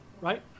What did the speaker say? right